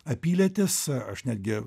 apylėtis aš netgi